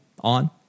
on